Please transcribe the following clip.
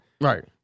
Right